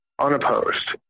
unopposed